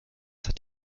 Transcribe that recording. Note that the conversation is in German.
hat